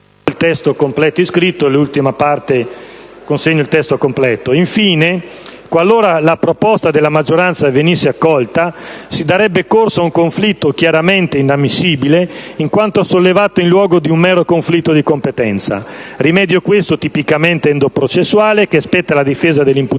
del collegio difensivo del presidente Berlusconi. Infine, qualora la proposta della maggioranza venisse accolta, si darebbe corso ad un conflitto chiaramente inammissibile, in quanto sollevato in luogo di un mero conflitto di competenza; rimedio, questo, tipicamente endoprocessuale, che spetta alla difesa dell'imputato